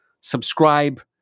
subscribe